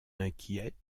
inquiète